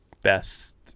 Best